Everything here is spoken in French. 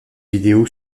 vidéo